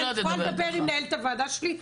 אני יכולה לדבר עם מנהלת הוועדה שלי,